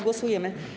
Głosujemy.